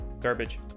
garbage